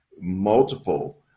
multiple